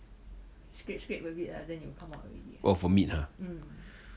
!wah! for meat ah